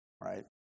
Right